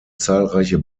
zahlreiche